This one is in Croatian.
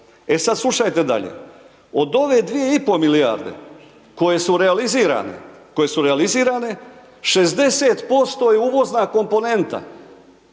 E sad slušajte dalje, od ove 2,5 milijarde koje su realizirane, koje su realizirane,